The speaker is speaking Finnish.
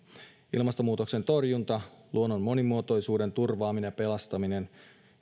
ilmastonmuutoksen torjunta luonnon monimuotoisuuden turvaaminen ja pelastaminen